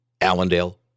Allendale